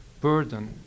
burden